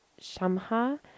Shamha